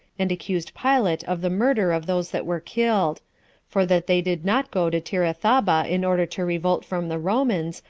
and accused pilate of the murder of those that were killed for that they did not go to tirathaba in order to revolt from the romans,